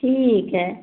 ठीक है